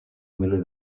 miler